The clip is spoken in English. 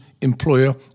employer